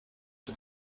but